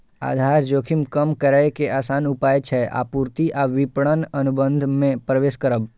आधार जोखिम कम करै के आसान उपाय छै आपूर्ति आ विपणन अनुबंध मे प्रवेश करब